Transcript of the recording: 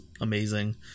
amazing